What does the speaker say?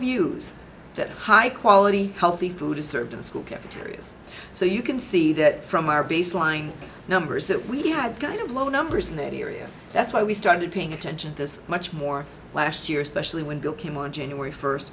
views that high quality healthy food is served in school cafeterias so you can see that from our baseline numbers that we had kind of low numbers in that area that's why we started paying attention to this much more last year especially when bill came on january first